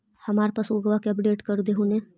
हमार पासबुकवा के अपडेट कर देहु ने?